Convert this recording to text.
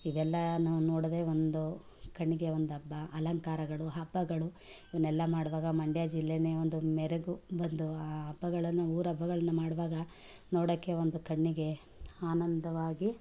ಇವೆಲ್ಲ ನಾವು ನೋಡೋದೆ ಒಂದು ಕಣ್ಣಿಗೆ ಒಂದು ಹಬ್ಬ ಅಲಂಕಾರಗಳು ಹಬ್ಬಗಳು ಇವ್ನೆಲ್ಲ ಮಾಡುವಾಗ ಮಂಡ್ಯ ಜಿಲ್ಲೆಯೇ ಒಂದು ಮೆರಗು ಬಂದು ಆ ಹಬ್ಬಗಳನ್ನು ಊರು ಹಬ್ಬಗಳನ್ನ ಮಾಡುವಾಗ ನೋಡೋಕೆ ಒಂದು ಕಣ್ಣಿಗೆ ಆನಂದವಾಗಿ